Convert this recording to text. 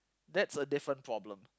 that's a different problem